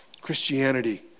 Christianity